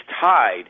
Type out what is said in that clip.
tied